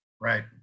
Right